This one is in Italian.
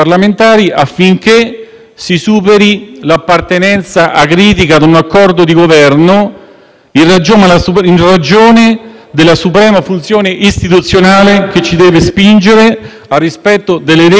in ragione della suprema funzione istituzionale che ci deve spingere al rispetto delle leggi e alla tutela delle libertà individuali da queste previste. *(Applausi